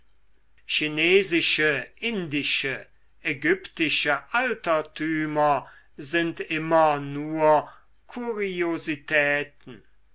chinesische indische ägyptische altertümer sind immer nur